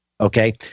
Okay